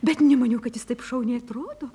bet nemaniau kad jis taip šauniai atrodo